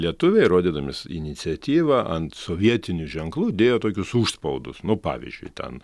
lietuviai rodydami iniciatyvą ant sovietinių ženklų dėjo tokius užspaudus nu pavyzdžiui ten